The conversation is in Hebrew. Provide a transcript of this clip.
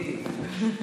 בדיוק.